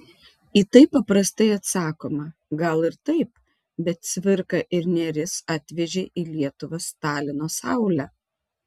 į tai paprastai atsakoma gal ir taip bet cvirka ir nėris atvežė į lietuvą stalino saulę